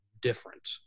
different